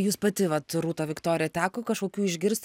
jūs pati vat rūta viktorija teko kažkokių išgirsti